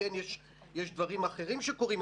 יש דברים אחרים שקורים,